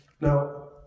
Now